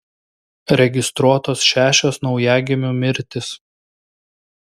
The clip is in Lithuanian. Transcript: registruotos šešios naujagimių mirtys